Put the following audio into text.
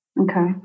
Okay